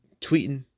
Tweeting